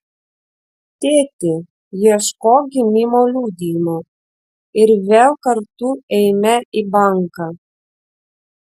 tėti ieškok gimimo liudijimo ir vėl kartu eime į banką